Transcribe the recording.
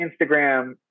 Instagram